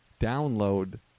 download